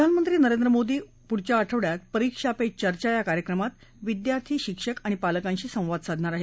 प्रधानमंत्री नरेंद्र मोदी पुढच्या आठवडयात परिक्षा पे चर्चा या कार्यक्रमात विद्यार्थी शिक्षक आणि पालकांशी संवाद साधणार आहेत